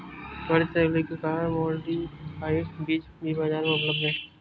बढ़ती तकनीक के कारण मॉडिफाइड बीज भी बाजार में उपलब्ध है